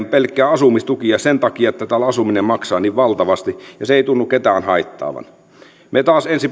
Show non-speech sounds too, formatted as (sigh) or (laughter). (unintelligible) pelkkiä asumistukia sen takia että täällä asuminen maksaa niin valtavasti ja se ei tunnu ketään haittaavan me taas ensi